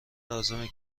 لازمه